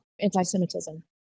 anti-Semitism